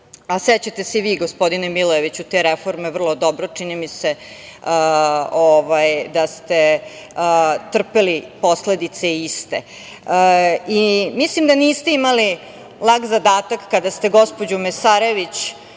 Sećate se i vi gospodine Milojeviću te reforme vrlo dobro, čini mi se, da ste trpeli posledice iste. Mislim da niste imali lak zadatak kada ste gospođu Mesarević